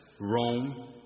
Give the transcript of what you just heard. Rome